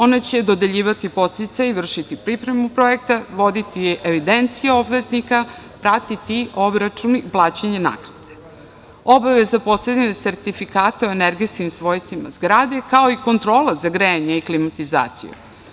Ona će dodeljivati podsticaj, vršiti pripremu projekta, voditi evidenciju obveznika, pratiti obračun i plaćanje naknade, obaveza postavljanja sertifikata u energetskim svojstvima zgrade, kao i kontrola za grejanje i klimatizaciju.